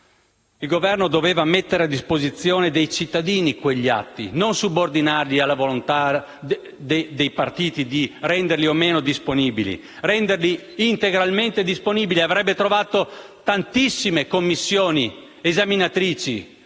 Il Governo doveva mettere a disposizione dei cittadini quegli atti, e non subordinarli alla volontà dei partiti di renderli o meno disponibili. Doveva renderli integralmente disponibili: avrebbe trovato tantissime commissioni esaminatrici